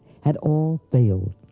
had all failed.